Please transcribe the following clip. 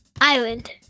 island